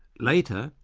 later,